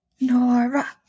Nora